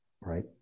right